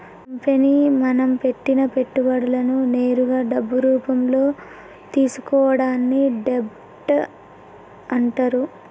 company మనం పెట్టిన పెట్టుబడులను నేరుగా డబ్బు రూపంలో తీసుకోవడాన్ని డెబ్ట్ అంటరు